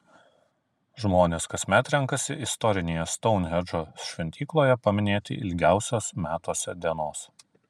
žmonės kasmet renkasi istorinėje stounhendžo šventykloje paminėti ilgiausios metuose dienos